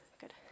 Good